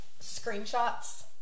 screenshots